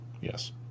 Yes